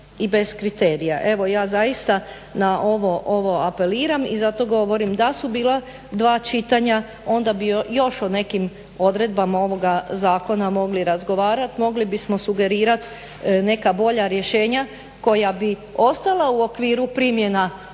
i bez kriterija. Evo ja zaista na ovo apeliram i zato govorim da su bila dva čitanja onda bi još o nekim odredbama ovoga zakona mogli razgovarati. Mogli bismo sugerirati neka bolja rješenja koja bi ostala u okviru primjena direktive